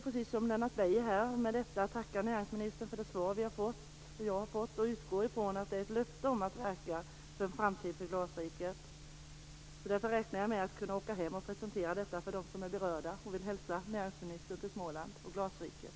Precis som Lennart Beijer vill också jag tacka näringsministern för hans svar. Jag utgår från att det är ett löfte om att verka för en framtid för glasriket. Därför räknar jag med att jag kan åka hem och presentera detta för berörda. Samtidigt hälsar jag näringsministern välkommen till Småland och glasriket.